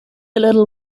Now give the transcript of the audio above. little